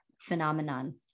phenomenon